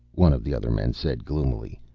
one of the other men said gloomily,